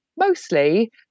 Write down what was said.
mostly